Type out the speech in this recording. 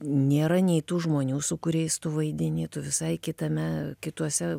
nėra nei tų žmonių su kuriais tu vaidini tu visai kitame kituose